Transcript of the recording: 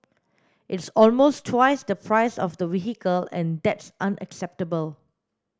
it's almost twice the price of the vehicle and that's unacceptable